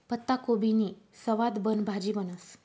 पत्ताकोबीनी सवादबन भाजी बनस